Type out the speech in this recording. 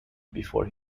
before